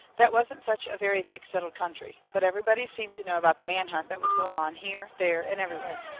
that wasn't such a very thick settled country. but everybody seemed to know about the manhunt that was going on, here, there, and everywhere.